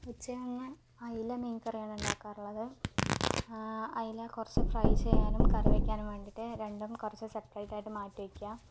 ഉച്ചയൂണിന് അയില മീൻകറിയാണ് ഉണ്ടാക്കാറുള്ളത് അയില കുറച്ച് ഫ്രൈ ചെയ്യാനും കറി വയ്ക്കാനും വേണ്ടിയിട്ട് രണ്ടും കുറച്ച് സെപ്പറേറ്റ് ആയിട്ട് മാറ്റി വയ്ക്കുക